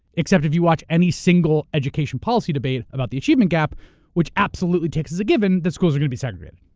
except if you watch any single education policy debate about the achievement gap which absolutely takes as a given the schools are gonna be segregated.